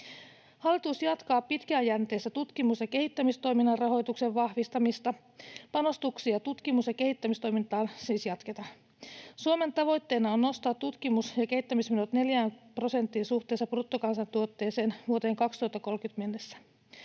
Hallitus jatkaa pitkäjänteistä tutkimus- ja kehittämistoiminnan rahoituksen vahvistamista. Panostuksia tutkimus- ja kehittämistoimintaan siis jatketaan. Suomen tavoitteena on nostaa tutkimus- ja kehittämismenot neljään prosenttiin suhteessa bruttokansantuotteeseen vuoteen 2030 mennessä.